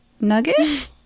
Nugget